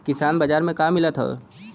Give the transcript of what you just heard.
किसान बाजार मे का मिलत हव?